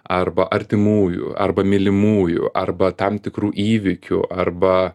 arba artimųjų arba mylimųjų arba tam tikrų įvykių arba